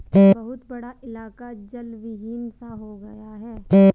बहुत बड़ा इलाका जलविहीन सा हो गया है